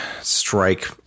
strike